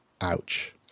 Ouch